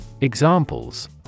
Examples